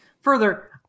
Further